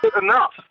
enough